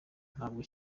ntabwo